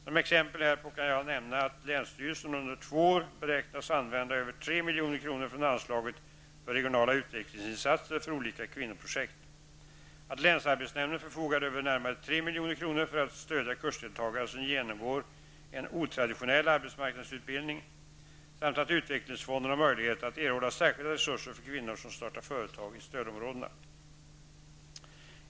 Som exempel härpå kan jag nämna att länsstyrelsen under två år beräknas använda över 3 milj.kr från anslaget för regionala utvecklingsinsatser för olika kvinnoprojekt, att länsarbetsnämnden förfogar över närmare 3 milj.kr. för att stödja kursdeltagare som genomgår en otraditionell arbetsmarknadsutbildning, samt att utvecklingsfonden har möjlighet att erhålla särskilda resurser för kvinnor som startar företag i stödområdena.